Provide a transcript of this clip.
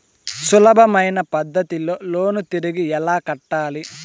సులభమైన పద్ధతిలో లోను తిరిగి ఎలా కట్టాలి